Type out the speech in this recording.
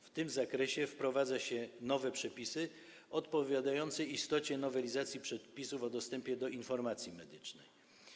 W tym zakresie wprowadza się nowe przepisy odpowiadające istocie nowelizacji przepisów o dostępie do informacji medycznej.